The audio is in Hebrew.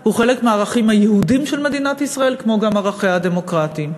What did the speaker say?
הוא חלק מהערכים היהודיים של מדינת ישראל כמו גם מערכיה הדמוקרטיים.